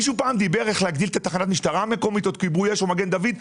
מישהו פעם דיבר על הגדלת תחנת המשטרה המקומית או כיבוי אש או מגן דוד?